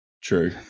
True